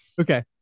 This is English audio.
okay